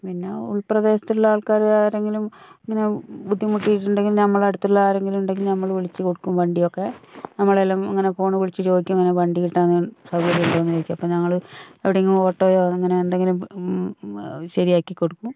പിന്നെ ഉൾപ്രദേശത്തുള്ള ആൾക്കാർ ആരെങ്കിലും ഇങ്ങനെ ബുദ്ധിമുട്ടിയിട്ട് ഉണ്ടെങ്കിൽ നമ്മളെ അടുത്തുള്ള ആരെങ്കിലും ഉണ്ടെങ്കിൽ നമ്മൾ വിളിച്ച് കൊടുക്കും വണ്ടിയൊക്കെ നമ്മളെല്ലം ഇങ്ങനെ ഫോൺ വിളിച്ചു ചോദിക്കും ഇങ്ങനെ വണ്ടി കിട്ടാൻ സൗകര്യം ഉണ്ടോയെന്നു ചോദിക്കും അപ്പോൾ ഞങ്ങൾ എവിടെയെങ്കിലും ഓട്ടോയോ അങ്ങനെ എന്തെങ്കിലും ശരിയാക്കിക്കൊടുക്കും